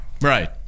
Right